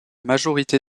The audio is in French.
majorité